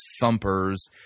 thumpers